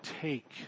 take